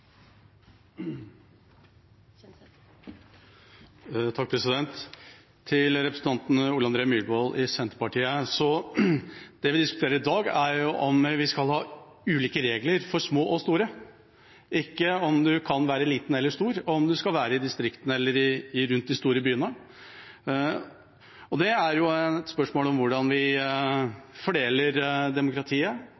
om vi skal ha ulike regler for små og store, ikke om man kan være liten eller stor, eller om man skal være i distriktene eller rundt de store byene. Spørsmålet er hvordan vi fordeler demokratiet, bl.a. Jeg har vært på eiersiden, bl.a. som folkevalgt i dette systemet, men jeg har også vært på den andre siden og